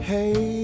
Hey